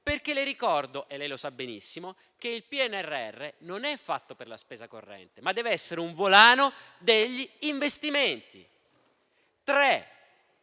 Le ricordo - lo sa benissimo - che il PNRR non è fatto per la spesa corrente, ma dev'essere un volano degli investimenti. In